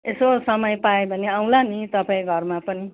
यसो समय पायो भने आउँला नि तपाईँ घरम पनि